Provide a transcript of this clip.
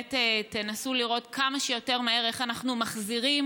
שבאמת תנסו לראות כמה שיותר מהר איך אנחנו מחזירים